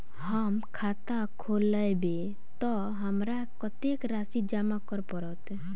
हम खाता खोलेबै तऽ हमरा कत्तेक राशि जमा करऽ पड़त?